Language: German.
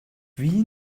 wie